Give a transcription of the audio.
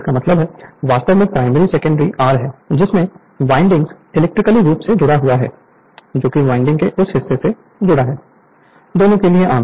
इसका मतलब है वास्तव में प्राइमरी सेकेंडरी R है जिसमें वाइंडिंग इलेक्ट्रिकली रूप से जुड़ा हुआ है जो कि वैडिंग के उस हिस्से से जुड़ा है दोनों के लिए आम है